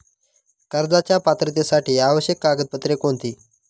कर्जाच्या पात्रतेसाठी आवश्यक कागदपत्रे कोणती?